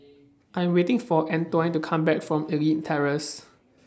I'm waiting For Antione to Come Back from Elite Terrace